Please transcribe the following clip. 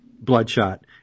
bloodshot